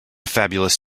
fabulous